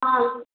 ହଁ